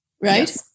right